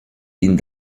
ihn